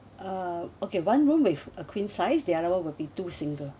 uh okay one room with a queen size the other one will be two single